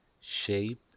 Shape